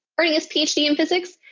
earning his ph d. in physics,